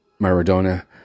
Maradona